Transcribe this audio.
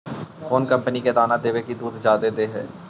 कौन कंपनी के दाना देबए से दुध जादा दे है?